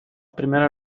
primera